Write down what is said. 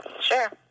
sure